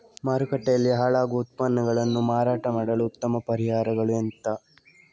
ಮಾರುಕಟ್ಟೆಯಲ್ಲಿ ಹಾಳಾಗುವ ಉತ್ಪನ್ನಗಳನ್ನು ಮಾರಾಟ ಮಾಡಲು ಉತ್ತಮ ಪರಿಹಾರಗಳು ಎಂತ?